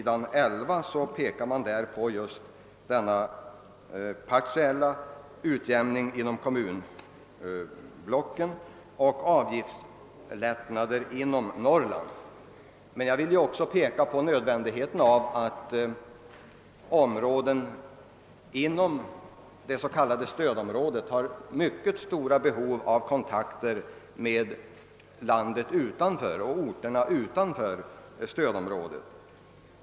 5—11 i utskottsutlåtandet, fästs uppmärksamheten på en partiell utjämning inom kommunblocken och på avgiftslättnader inom Norrland. Men jag vill också framhålla att orterna inom det s.k. stödområdet har stort behov av kontakter med orter utanför stödområdet.